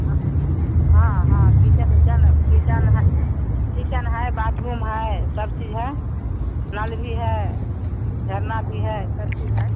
हाँ हाँ हाँ किचन उचन किचन है किचन है बाथरूम है सब चीज़ है नल भी है झरना भी है सब चीज़ है